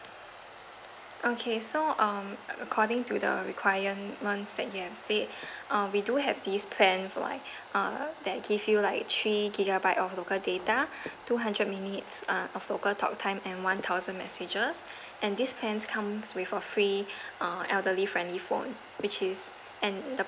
okay so um according to the requirements that you have said uh we do have this plan for like uh that give you like three gigabyte of local data two hundred minutes uh of local talk time and one thousand messages and this plan comes with a free uh elderly friendly phone which is and the